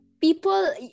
people